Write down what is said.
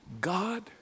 God